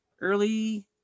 early